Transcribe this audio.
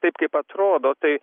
taip kaip atrodo tai